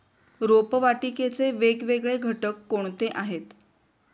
रोपवाटिकेचे वेगवेगळे घटक कोणते आहेत?